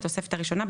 בתוספת הראשונה,